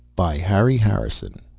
by harry harrison